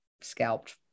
scalped